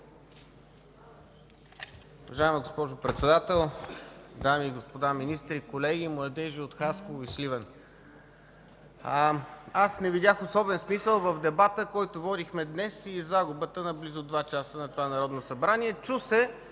Уважаема госпожо Председател, дами и господа министри, колеги, младежи от Хасково и Сливен! Аз не видях особен смисъл в дебата, който водихме днес, и загубата близо от 2 часа на това Народно събрание. Чу се